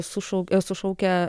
sušau sušaukė